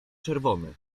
czerwony